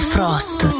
Frost